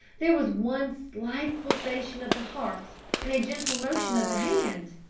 there was one slight pulsation of the heart and a gentle motion of the hand!